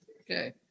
Okay